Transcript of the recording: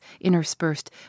interspersed